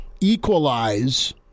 equalize